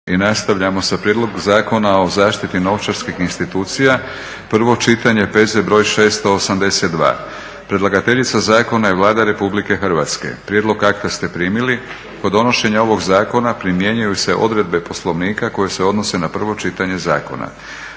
I nastavljamo sa - Prijedlog zakona o zaštiti novčarskih institucija, prvo čitanje, P.Z. br. 682. Predlagateljica zakona je Vlada Republike Hrvatske. Prijedlog akta ste primili. Kod donošenja ovog zakona primjenjuju se odredbe Poslovnika koje se odnose na prvo čitanje zakona.